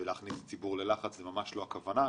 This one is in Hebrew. להכניס ציבור ללחץ, זו ממש לא הכוונה.